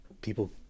people